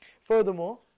Furthermore